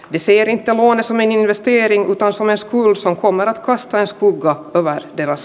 visiirin tavoin se meni nosti rintaansa myös muissa oman vastaisku kattavaan eräs